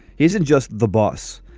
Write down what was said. he isn't just the boss.